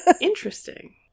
interesting